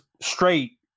straight